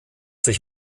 sich